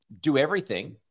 Do-Everything